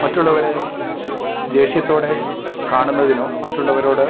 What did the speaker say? മറ്റുള്ളവരെ ദേഷ്യത്തോടെ കാണുന്നതിനോ മറ്റുള്ളവരോട്